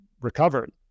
recovered